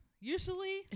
usually